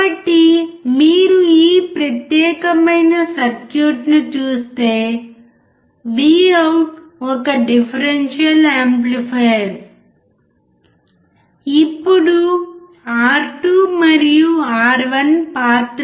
కాబట్టి మీరు ఈ ప్రత్యేకమైన సర్క్యూట్ను చూస్తే Vout ఒక డిఫరెన్షియల్ యాంప్లిఫైయర్ ఇప్పుడు R2 మరియు R1 పాత్ర ఏమిటి